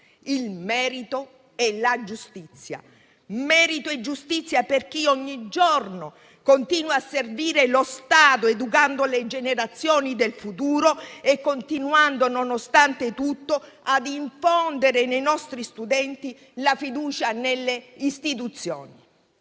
il merito e la giustizia. Merito e giustizia per chi ogni giorno continua a servire lo Stato, educando le generazioni del futuro e continuando, nonostante tutto, a infondere nei nostri studenti la fiducia nelle istituzioni.